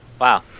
Wow